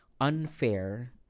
unfair